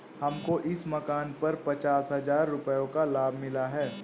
हमको इस मकान पर पचास हजार रुपयों का लाभ मिला है